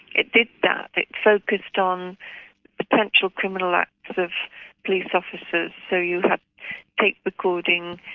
it did that. it focused on potential criminal acts of police officers, so you had tape recording,